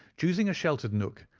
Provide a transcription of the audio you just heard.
choosing a sheltered nook,